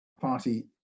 party